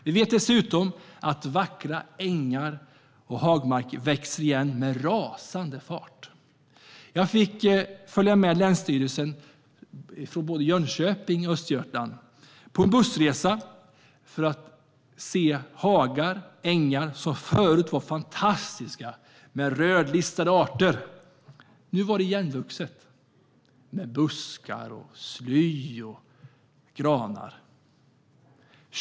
Vi vet dessutom att vackra ängar och hagmarker växer igen med rasande fart. Jag fick följa med länsstyrelserna i både Jönköping och Östergötland på en bussresa för att se hagar och ängar som förut var fantastiska, med rödlistade arter, men som nu var igenvuxna med buskar, sly och granskog.